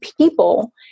People